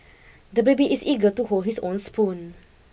the baby is eager to hold his own spoon